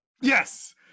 Yes